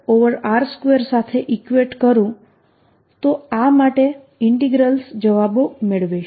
rr2 સાથે equate કરું તો આ માટે ઇન્ટિગ્રલ્સ જવાબો મેળવીશ